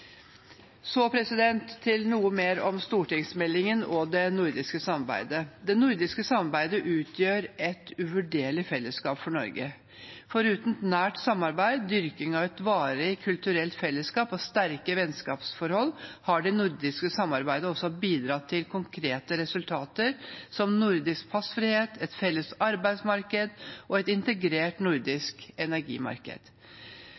til noe mer om stortingsmeldingen og det nordiske samarbeidet: Det nordiske samarbeidet utgjør et uvurderlig fellesskap for Norge. Foruten et nært samarbeid, dyrking av et varig kulturelt fellesskap og sterke vennskapsforhold har det nordiske samarbeidet bidratt til konkrete resultater, som nordisk passfrihet, et felles arbeidsmarked og et integrert